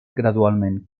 gradualment